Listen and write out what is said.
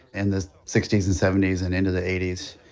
and the sixty s and seventy s, and into the eighty s.